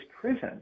prison